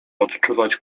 odczuwać